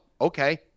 Okay